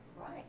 Right